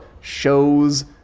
shows